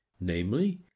namely